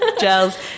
Gels